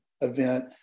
event